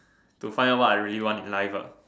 to find out what I really want in life ah